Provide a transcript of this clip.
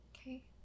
okay